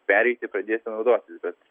pereiti pradėti naudotis bet